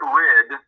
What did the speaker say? rid